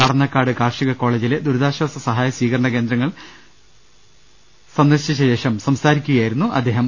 കടന്നക്കാട് കാർഷിക കോളേജിലെ ദുരിതാ ശ്വാസ സഹായ സ്വീകരണ കേന്ദ്രങ്ങൾ സ്ന്ദർശിച്ചശേഷം സംസാരിക്കുകയായിരുന്നു അദ്ദേഹം